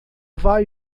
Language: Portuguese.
vai